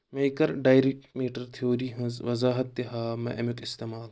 مےٚ کر dark matter theory ہِنٛز وضاحت تہِ ہاو مےٚ اَمِیُک اِستعمال